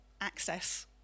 access